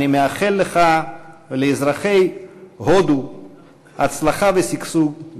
אני מאחל לך ולאזרחי הודו הצלחה ושגשוג,